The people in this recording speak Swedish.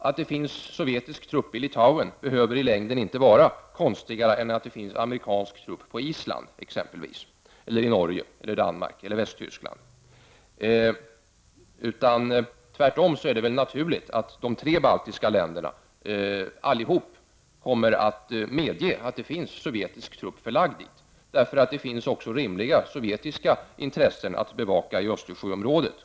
Att det finns sovjetiska trupper i Litauen behöver i längden inte vara konstigare än att det finns amerikanska trupper t.ex. på Island, i Norge, Danmark eller Västtyskland. Tvärtom är det väl naturligt att de tre baltiska länderna kommer att medge att det finns sovjetiska trupper förlagda där, eftersom det även finns rimliga sovjetiska intressen att bevaka i Östersjöområdet.